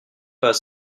pas